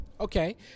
Okay